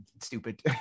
stupid